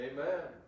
Amen